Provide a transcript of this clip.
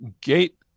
gate